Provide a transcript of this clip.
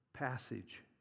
passage